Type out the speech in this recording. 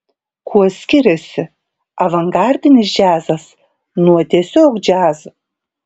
kuo skiriasi avangardinis džiazas nuo tiesiog džiazo